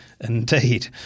indeed